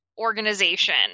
organization